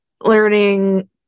learning